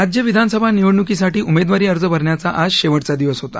राज्य विधानसभा निवडणुकीसाठी उमेदवारी अर्ज भरण्याचा आज शेवटचा दिवस होता